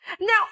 Now